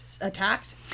attacked